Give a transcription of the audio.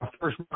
first